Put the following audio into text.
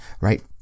right